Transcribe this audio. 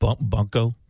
Bunko